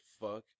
fuck